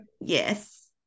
Yes